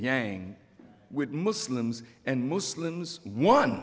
ang with muslims and muslims one